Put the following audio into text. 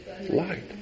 Light